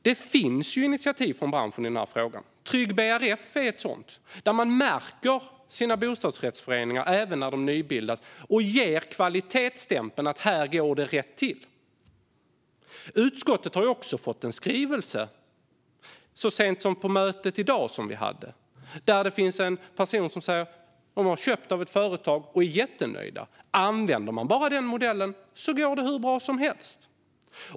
Det finns initiativ från branschen i den här frågan. Trygg BRF är ett sådant, där man märker sina bostadsrättsföreningar även när de nybildas och ger kvalitetsstämpeln att här går det rätt till. Utskottet har också fått en skrivelse så sent som på mötet vi hade i dag. Där finns en person som säger att de har köpt av ett företag och är jättenöjda. Använder man bara den modellen går det hur bra som helst.